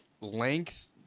length